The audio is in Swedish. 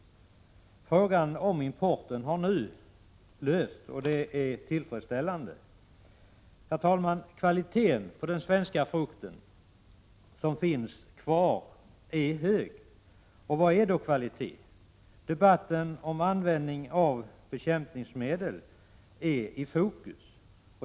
Frågan om importen har nu alltså lösts, och det är tillfredsställande. Herr talman! Den svenska frukt som finns kvar är av hög kvalitet. Men vad är då kvalitet? Debatten om användningen av bekämpningsmedel är i fokus.